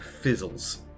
fizzles